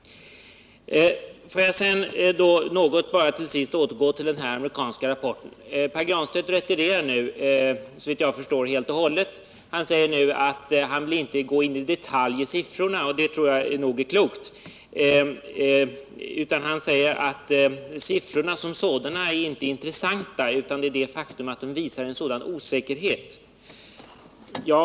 Får jag sedan till sist återgå till den amerikanska rapporten. Pär Granstedt retirerar nu, såvitt jag förstår, helt och hållet och säger att han inte vill gå in på siffrorna i detalj. Det tror jag är klokt. Han säger att siffrorna som sådana inte Nr 51 är intressanta, utan att det är det faktum att de visar en sådan osäkerhet som är intressant.